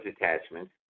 attachments